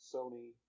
Sony